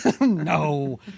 No